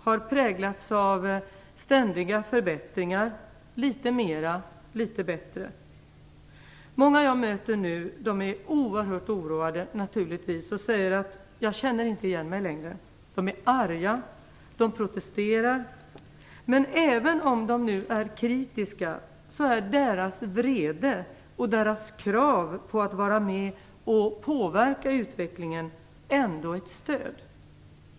har präglats av ständiga förbättringar - litet mera, litet bättre. Många jag möter nu är naturligtvis oerhört oroade och säger: Jag känner inte igen mig längre. De är arga. De protesterar. Men även om de nu är kritiska är deras vrede och deras krav på att vara med och påverka utvecklingen ändå ett stöd.